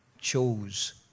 chose